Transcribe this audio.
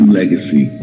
legacy